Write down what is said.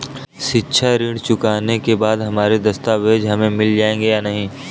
शिक्षा ऋण चुकाने के बाद हमारे दस्तावेज हमें मिल जाएंगे या नहीं?